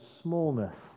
smallness